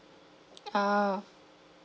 ah